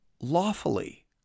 lawfully